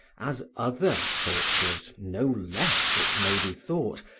as other tortures, no less it may be thought,